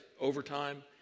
overtime